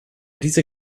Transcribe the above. dieser